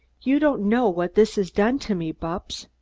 you don't know what this has done to me, bupps.